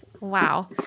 Wow